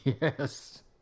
Yes